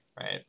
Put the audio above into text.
right